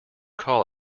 call